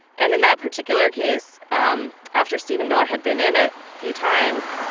and in that particular case, um after stephen miller had been in a few times,